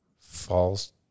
falls